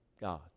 God